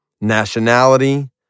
nationality